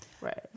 right